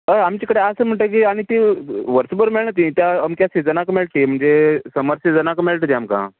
हय आमचे कडेन आसा म्हणटगीर आमी तीं वर्स भर मेळना ती त्या अमक्याच सिजनाकच मेळटा ती म्हणजे समर सिजनाकूच मेळटा ती आमकां